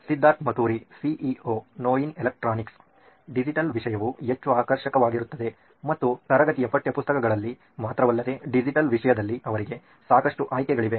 Siddharth Maturi CEO ನೋಯಿನ್ electronics digital ವಿಷಯವು ಹೆಚ್ಚು ಆಕರ್ಷಕವಾಗಿರುತ್ತದೆ ಮತ್ತು ತರಗತಿಯ ಪಠ್ಯಪುಸ್ತಕಗಳಲ್ಲಿ ಮಾತ್ರವಲ್ಲದೆ ಡಿಜಿಟಲ್ ವಿಷಯದಲ್ಲಿ ಅವರಿಗೆ ಸಾಕಷ್ಟು ಆಯ್ಕೆಗಳಿವೆ